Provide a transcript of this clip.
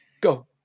go